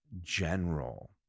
general